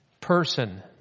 person